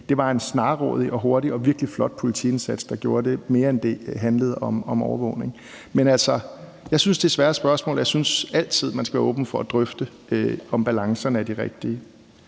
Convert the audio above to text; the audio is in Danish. sag, var en snarrådig, hurtig og virkelig flot politiindsats. Det var det, der gjorde det, mere end det handlede om overvågning. Men jeg synes, det er svære spørgsmål, og jeg synes altid, man skal være åben for at drøfte, om balancerne er de rigtige.